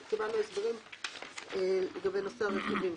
אתמול קיבלנו הסברים לגבי נושא הרכיבים.